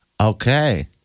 okay